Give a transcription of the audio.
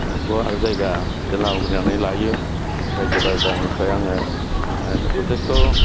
होनो गुवार जायगा जेला आवग्रिनानै लायो रायजो राजानिफ्राय आङो माहोनो जथेस्थ'